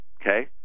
okay